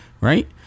right